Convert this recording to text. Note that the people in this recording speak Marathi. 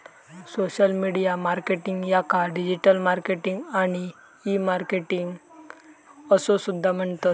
सोशल मीडिया मार्केटिंग याका डिजिटल मार्केटिंग आणि ई मार्केटिंग असो सुद्धा म्हणतत